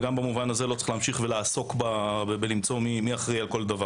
וגם במובן הזה לא צריך להמשיך ולעסוק בחיפוש של מי אחראי על כל דבר.